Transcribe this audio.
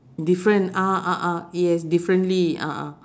different ah ah ah yes differently a'ah